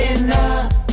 enough